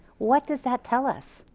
what does that tell us?